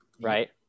Right